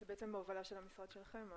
זה בעצם בהובלה של המשרד שלכם?